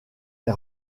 est